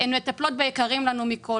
אני תומכת אדוקה בזכות השביתה ובשביתות,